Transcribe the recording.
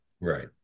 Right